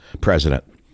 president